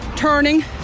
Turning